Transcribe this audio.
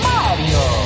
Mario